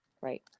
Right